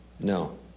no